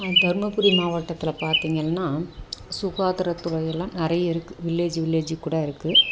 தர்மபுரி மாவட்டத்தில் பார்த்தீங்கள்னா சுகாதாரத்துறையெல்லாம் நிறைய இருக்கு வில்லேஜ் வில்லேஜுக்கு கூட இருக்கு